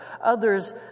Others